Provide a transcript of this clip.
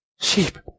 sheep